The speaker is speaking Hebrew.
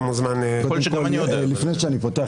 לפני שאני פותח.